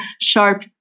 sharp